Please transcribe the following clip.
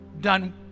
done